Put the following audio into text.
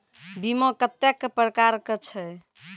बीमा कत्तेक प्रकारक छै?